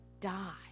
die